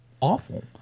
awful